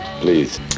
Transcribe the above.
Please